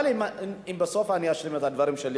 אבל אם בסוף אני אשלים את הדברים שלי,